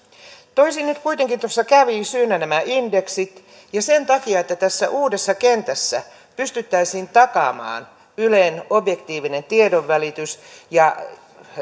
toisin nyt kuitenkin tuossa kävi syynä nämä indeksit ja sen takia että tässä uudessa kentässä pystyttäisiin takaamaan ylen objektiivinen tiedonvälitys ja